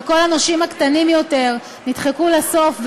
וכל הנושים הקטנים יותר נדחקו לסוף,